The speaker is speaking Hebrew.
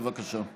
בבקשה.